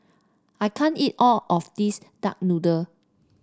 I can't eat all of this Duck Noodle